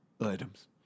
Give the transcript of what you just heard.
items